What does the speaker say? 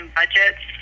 budgets